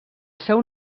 seu